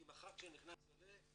כי מחר כשנכנס עולה,